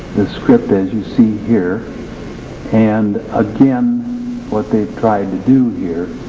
this script as you see here and again what they've tried to do here,